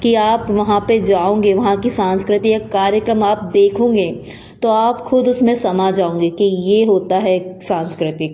कि आप वहाँ पे जाओगे वहाँ की सांसकृतिक कार्यक्रम आप देखोगे तो आप खुद उसमें समा जाओगे कि ये होता है सांस्कृतिक